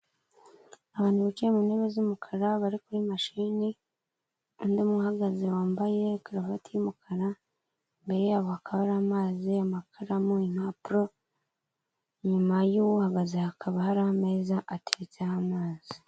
Abantu bicaye mu ntebe z'umukara bari kuri mashini, undi umwe uhagaze wambaye karuvati y'umukara, imbere yabo akaba hari amazi, amakaramu, impapuro, inyuma y'uwuhagaze hakaba hari ameza ateretseho amazi.